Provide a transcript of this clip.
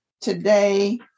today